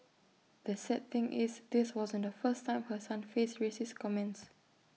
the sad thing is this wasn't the first time her son faced racist comments